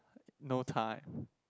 no time